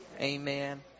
Amen